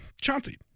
Chauncey